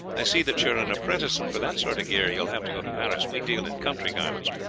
i see that you are an apprentice, and for that sort of gear you will have to go to paris we deal in country garments.